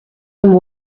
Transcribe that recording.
and